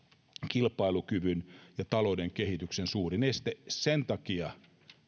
kilpailukyvyn ja talouden kehityksen suurin este sen takia